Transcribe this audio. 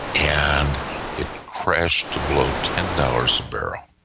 and it crashed to below ten dollars a barrel.